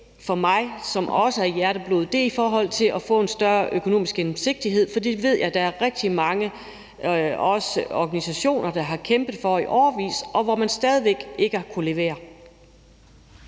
for mig, som jeg også sagde før, det at få en større økonomisk gennemsigtighed, for det ved jeg der er rigtig mange, også organisationer, der har kæmpet for i årevis, og der har man stadig væk ikke kunnet levere.